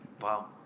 Wow